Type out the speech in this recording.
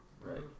Right